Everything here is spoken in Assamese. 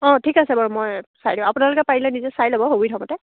অঁ ঠিক আছে বাৰু মই চাই দিওঁ আপোনালোকে পাৰিলে নিজে চাই ল'ব সুবিধামতে